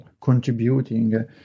contributing